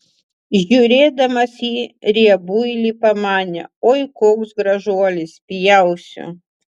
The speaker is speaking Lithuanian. žiūrėdamas į riebuilį pamanė oi koks gražuolis pjausiu